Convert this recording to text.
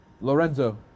Lorenzo